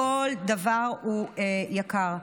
כל דבר הוא יקר.